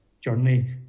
journey